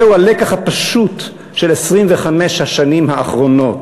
זהו הלקח הפשוט של 25 השנים האחרונות.